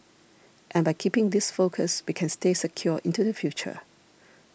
and by keeping this focus we can stay secure into the future